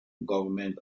government